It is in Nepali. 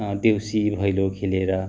देउसी भैलो खेलेर